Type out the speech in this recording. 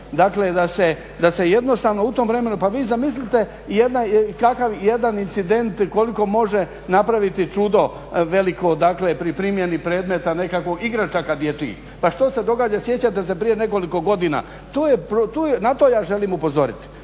dakle da se jednostavno u tom vremenu. Pa vi zamislite kakav jedan incident koliko može napraviti čudo veliko dakle pri primjeni predmeta nekakvog igračaka dječjih. Pa što se događa, sjećate se prije nekoliko godina, na to ja želim upozoriti.